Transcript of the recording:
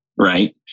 Right